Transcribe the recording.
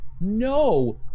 no